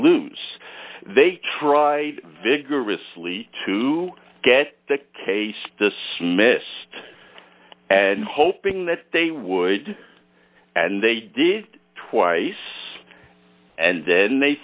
lose they tried vigorously to get the case dismissed and hoping that they would and they did twice and then they